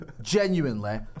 genuinely